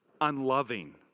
Unloving